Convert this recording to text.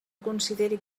consideri